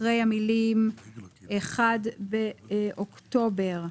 אחרי המילים '1 באוקטובר'